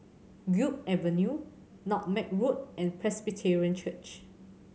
Guok Avenue Nutmeg Road and Presbyterian Church